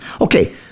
okay